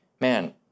man